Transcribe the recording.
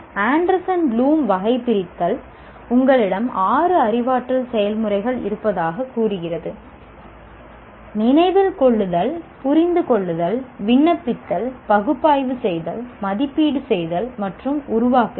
Anderson ப்ளூமின் வகைபிரித்தல் உங்களிடம் ஆறு அறிவாற்றல் செயல்முறைகள் இருப்பதாகக் கூறுகிறது நினைவில் கொள்ளுதல் புரிந்து கொள்ளுதல் விண்ணப்பித்தல் பகுப்பாய்வு செய்தல் மதிப்பீடு செய்தல் மற்றும் உருவாக்குதல்